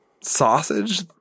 sausage